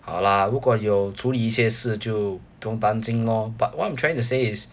好啦如果你有处理一些事就不用担心 lor but what I'm trying to say is